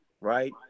right